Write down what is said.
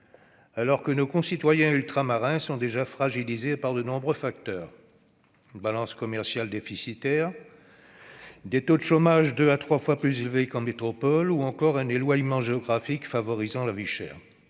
alors que nos concitoyens ultramarins sont déjà fragilisés par de nombreux facteurs : une balance commerciale déficitaire, des taux de chômage deux à trois fois plus élevés qu'en métropole ou encore un éloignement géographique favorisant la vie chère.